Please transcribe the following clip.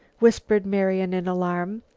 whispered marian in alarm.